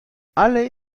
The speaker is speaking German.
alle